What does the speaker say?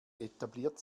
etabliert